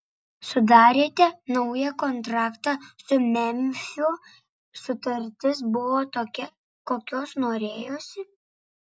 sudarėte naują kontraktą su memfiu sutartis buvo tokia kokios norėjosi